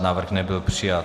Návrh nebyl přijat.